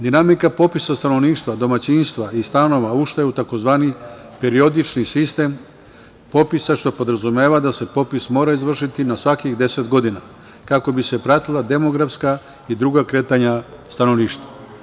Dinamika popisa stanovništva, domaćinstva i stanova, ušla je u tzv. periodični sistem popisa, što podrazumeva da se popis mora izvršiti na svakih 10 godina, kako bi se morala pratiti demografska i druga kretanja stanovništva.